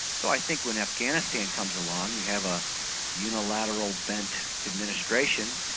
so i think when afghanistan comes along, you have a unilateral bent administration,